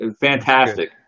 Fantastic